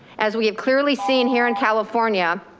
as we have clearly seen here in california.